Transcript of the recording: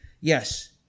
yes